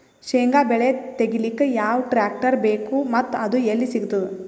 ಶೇಂಗಾ ಬೆಳೆ ತೆಗಿಲಿಕ್ ಯಾವ ಟ್ಟ್ರ್ಯಾಕ್ಟರ್ ಬೇಕು ಮತ್ತ ಅದು ಎಲ್ಲಿ ಸಿಗತದ?